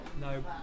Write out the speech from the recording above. no